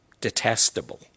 detestable